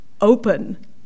open